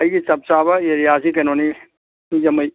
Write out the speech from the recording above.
ꯑꯩꯒꯤ ꯆꯞ ꯆꯥꯕ ꯑꯦꯔꯤꯌꯥꯁꯤ ꯀꯩꯅꯣꯅꯤ ꯁꯤꯡꯖꯃꯩ